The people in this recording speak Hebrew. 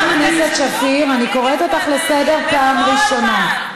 חברת הכנסת שפיר, אני קוראת אותך לסדר פעם ראשונה.